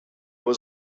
was